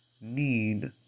need